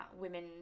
women